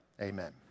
Amen